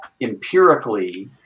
empirically